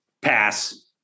Pass